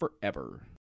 Forever